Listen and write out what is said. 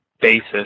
basis